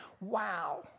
wow